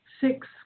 six